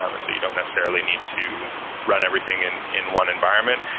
um and so you don't necessarily need to run everything in in one environment.